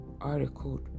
article